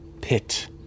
pit